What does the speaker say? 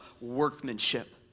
workmanship